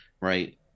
right